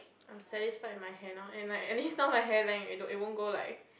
I am satisfied my hair now and like any sound like hair length it it won't go like